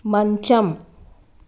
మంచం